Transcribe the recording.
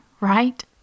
right